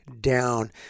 down